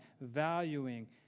valuing